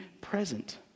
present